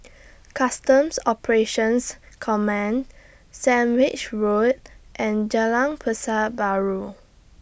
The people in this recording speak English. Customs Operations Command Sandwich Road and Jalan Pasar Baru